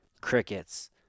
Crickets